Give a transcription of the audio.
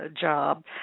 job